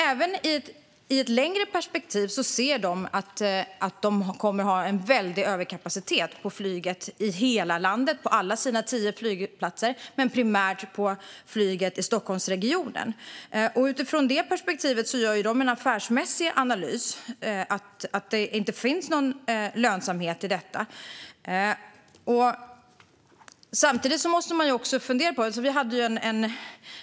Även i ett längre perspektiv ser Swedavia alltså att de kommer att ha en väldig överkapacitet på alla sina tio flygplatser, dock primärt på flyget i Stockholmsregionen. Utifrån det perspektivet gör de den affärsmässiga analysen att det inte finns någon lönsamhet i detta. Samtidigt måste vi politiker förhålla oss till vems pengar det är vi faktiskt hanterar.